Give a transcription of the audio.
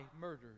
murdered